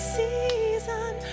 season